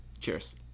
Cheers